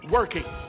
Working